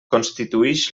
constituïx